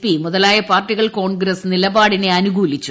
P മുതലായ പാർട്ടികൾ കോൺഗ്രസ് നിലപാടിനെ അനുകൂലിച്ചു